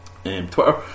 Twitter